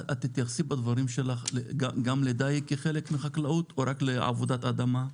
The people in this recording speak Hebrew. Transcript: תתייחסי בדבריך גם לדיג כחלק מחקלאות או רק לעבודת אדמה?